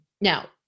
Now